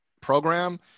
program